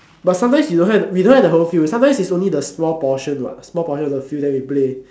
but sometimes you don't have we don't have the whole field sometimes it's only the small portion what small portion of the field then we play